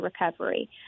recovery